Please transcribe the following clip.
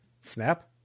snap